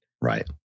Right